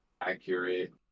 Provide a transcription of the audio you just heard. accurate